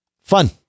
fun